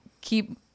keep